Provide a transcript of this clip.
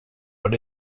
but